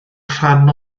rhan